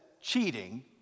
cheating